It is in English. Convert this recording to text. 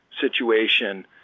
situation